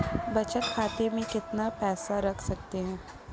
बचत खाते में कितना पैसा रख सकते हैं?